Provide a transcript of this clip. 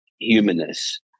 humanness